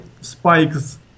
spikes